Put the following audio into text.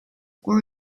were